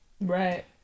right